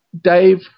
Dave